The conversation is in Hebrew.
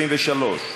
23,